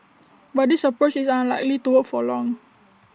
but this approach is unlikely to work for long